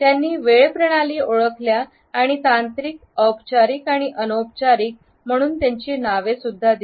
त्यांनी तीन वेळ प्रणाली ओळखल्या आणि तांत्रिक औपचारिक आणि अनौपचारिक म्हणून त्यांची नावे दिली